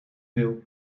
veel